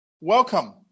welcome